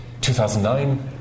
2009